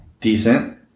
decent